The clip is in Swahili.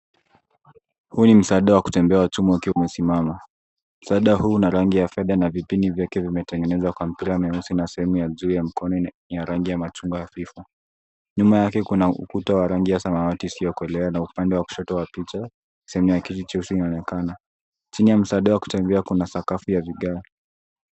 Huu ni msaada wa kutembea wa chuma ukiwa umesimama. Msaada huu una rangi ya fedha na vipini vyake vimetengenezwa na mipira mieusi na sehemu ya juu ya mkono ina rangi ya machungwa hafifu. Nyuma yake kuna ukuta wa rangi ya samawati isiyokolea na upande wa kushoto wa picha sehemu ya kiti cheusi inaonekana. Chini ya msaada wa kutembea kuna sakafu ya vigae.